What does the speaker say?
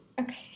Okay